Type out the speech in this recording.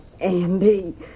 Andy